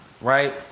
right